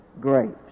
grapes